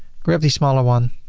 grab the smaller one,